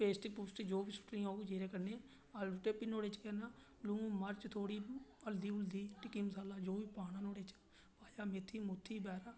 paste पोस्ट जो बी सुट्टनी होग ओह्दे कन्नै सुट्टनी फ्ही करना लून मर्च थोह्ड़ी हल्दी टिक्की मसाला जो बी पाना नुआढ़े च पाइयै मेथी बगैरा